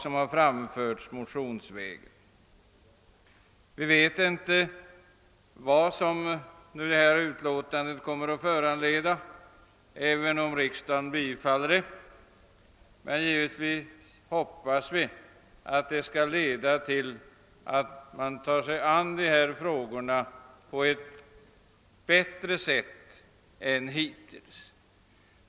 Vi vet inte vart ett bifall till det föreliggande utlåtandet kommer att leda, men givetvis hoppas vi att resultatet skall bli att man tar sig an dessa frågor på ett bättre sätt än hittills.